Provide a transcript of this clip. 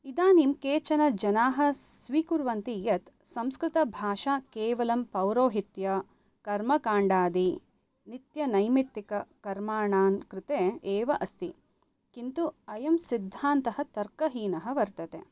इदानीं केचन जनाः स्वीकुर्वन्ति यत् संस्कृतभाषा केवलं पौरोहित्यकर्मकाण्डादिनित्यनैमित्तिककर्मणां कृते एव अस्ति किन्तु अयं सिद्धान्तः तर्कहीनः वर्तते